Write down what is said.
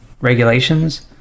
regulations